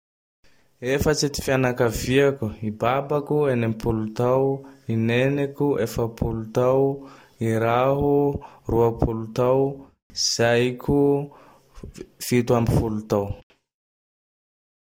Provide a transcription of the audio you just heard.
Efatse ty fianakavaiako: i Babako Enimpolo tao, i Neniko efapolo tao, i raho Roapolo tao, Zaiko fito amb folo tao.